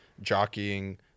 jockeying